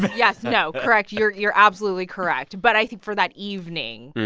but yes. no. correct. you're you're absolutely correct. but i think for that evening,